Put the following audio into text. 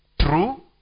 true